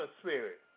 spirit